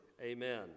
Amen